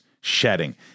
shedding